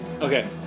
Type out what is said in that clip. Okay